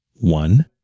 One